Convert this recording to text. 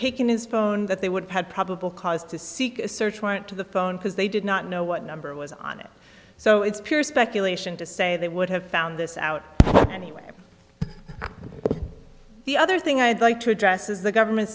taken his phone that they would have probable cause to seek a search warrant to the phone because they did not know what number was on it so it's pure speculation to say they would have found this out anyway the other thing i'd like to address is the government's